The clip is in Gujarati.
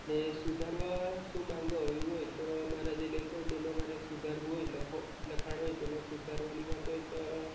ને સુધારવા શું માંગતા હોય તો મારા જે લેખ હોય તેમાં મારે સુધારવું હોય લખાણ હોય તેમાં સુધારવાની વાત હોય